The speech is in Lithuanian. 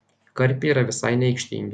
karpiai yra visai neaikštingi